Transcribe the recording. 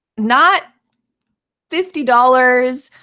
not fifty dollars,